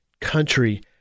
country